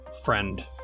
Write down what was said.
Friend